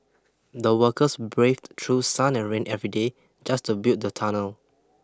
the workers braved through sun and rain every day just to build the tunnel